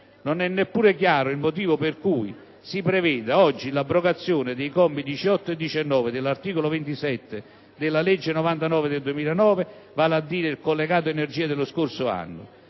Non è neppure chiaro il motivo per cui si preveda oggi l'abrogazione dei commi 18 e 19 dell'articolo 27 della legge n. 99 del 2009, vale a dire il collegato energia dello scorso anno.